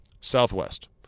Southwest